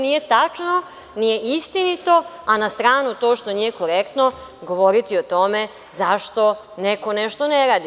Nije tačno, nije istinito, a na stranu to što nije korektno govoriti o tome zašto neko nešto ne radi.